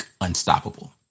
unstoppable